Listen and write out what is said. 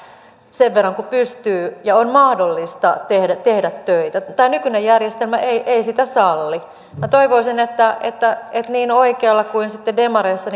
sen verran kuin pystyy ja on mahdollista tehdä tehdä töitä tämä nykyinen järjestelmä ei ei sitä salli toivoisin että että niin oikealla kuin sitten demareissa